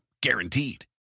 Guaranteed